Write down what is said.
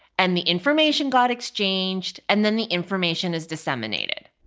and the information got exchanged and then the information is disseminated.